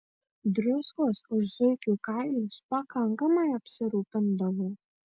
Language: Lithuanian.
druskos už zuikių kailius pakankamai apsirūpindavo